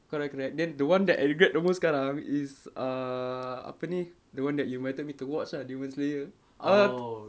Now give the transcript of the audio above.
correct correct then the one that I regret the most sekarang is uh apa ni the one that you invited me to watch ah demon slayer hu~